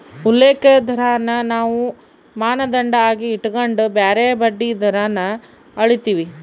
ಉಲ್ಲೇಖ ದರಾನ ನಾವು ಮಾನದಂಡ ಆಗಿ ಇಟಗಂಡು ಬ್ಯಾರೆ ಬಡ್ಡಿ ದರಾನ ಅಳೀತೀವಿ